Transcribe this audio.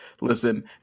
listen